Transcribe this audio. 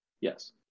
Yes